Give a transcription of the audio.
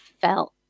felt